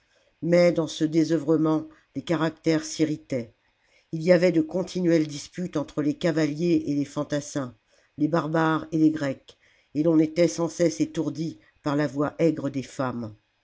mais dans ce désœuvrement les caractères s'irritaient il y avait de continuelles disputes entre les cavaliers et les fantassins les barbares et les grecs et l'on était sans cesse étourdi par la voix aigre des femmes